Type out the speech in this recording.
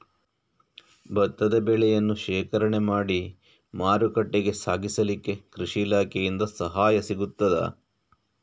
ಭತ್ತದ ಬೆಳೆಯನ್ನು ಶೇಖರಣೆ ಮಾಡಿ ಮಾರುಕಟ್ಟೆಗೆ ಸಾಗಿಸಲಿಕ್ಕೆ ಕೃಷಿ ಇಲಾಖೆಯಿಂದ ಸಹಾಯ ಸಿಗುತ್ತದಾ?